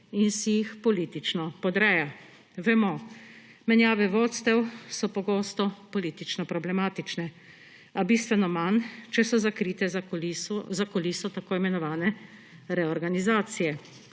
in si jih politično podreja. Vemo, menjave vodstev so pogosto politično problematične, a bistveno manj, če so zakrite za kuliso tako imenovane reorganizacije.